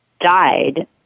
died